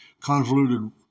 convoluted